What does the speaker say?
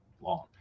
long